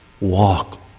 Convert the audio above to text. walk